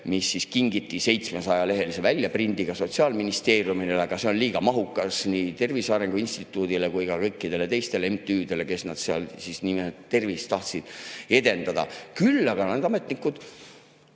mis kingiti 700-lehelise väljaprindiga Sotsiaalministeeriumile, aga see on liiga mahukas nii Tervise Arengu Instituudile kui ka kõikidele teistele MTÜ-dele, kes tervist tahavad edendada. Aga need ametnikud